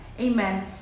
amen